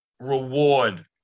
reward